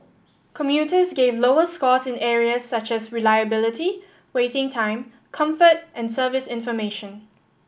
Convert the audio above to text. commuters gave lower scores in areas such as reliability waiting time comfort and service information